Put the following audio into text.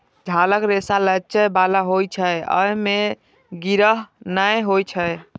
छालक रेशा लचै बला होइ छै, अय मे गिरह नै रहै छै